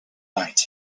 night